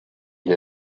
gli